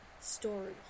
story